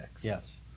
Yes